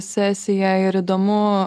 sesiją ir įdomu